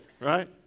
right